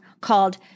called